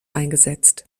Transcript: eingesetzt